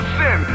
sin